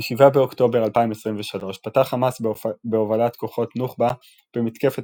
ב-7 באוקטובר 2023 פתח חמאס בהובלת כוחות נוח'בה במתקפת